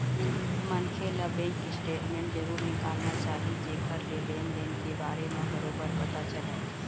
मनखे ल bank statement जरूर निकालना चाही जेखर ले लेन देन के बारे म बरोबर पता चलय